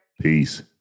Peace